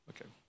Okay